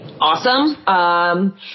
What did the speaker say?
awesome